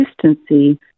consistency